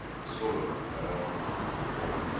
the soul of the man is the controller,